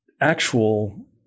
actual